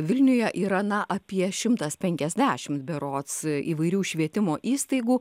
vilniuje yra na apie šimtas penkiasdešim berods įvairių švietimo įstaigų